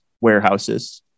warehouses